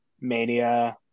Mania